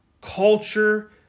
culture